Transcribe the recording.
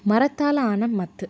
மரத்தால் ஆன மத்து